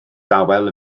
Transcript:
dawel